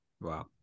Wow